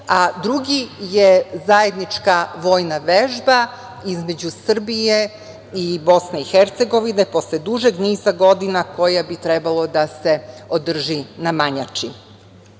Drugi je zajednička vojna vežba između Srbije i BiH, posle dužeg niza godina, koja bi trebalo da se održi na Manjači. Na